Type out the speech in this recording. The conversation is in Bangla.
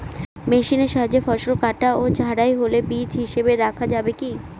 মেশিনের সাহায্যে ফসল কাটা ও ঝাড়াই হলে বীজ হিসাবে রাখা যাবে কি?